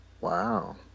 Wow